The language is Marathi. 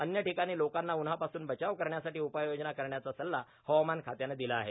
अन्य ठिकाणी लोकांना उन्हापासून बचाव करण्यासाठी उपाययोजना करण्याचा सल्ला हवामानखात्यानं दिला आहे